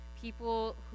People